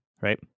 right